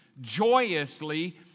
joyously